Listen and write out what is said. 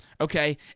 Okay